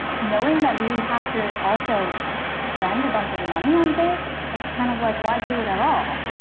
knowing that we would have to also spend a bunch of money on bets it's kind of like why do it at all